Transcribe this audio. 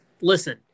listen